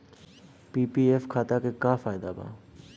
PPF खाता के का फायदा बा?